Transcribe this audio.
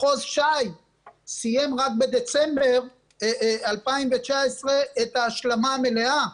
מחוז ש"י סיים רק בדצמבר 2019 את ההשלמה המלאה,